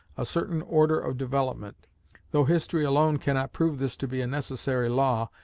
a certain order of development though history alone cannot prove this to be a necessary law,